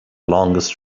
longest